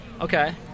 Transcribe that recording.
Okay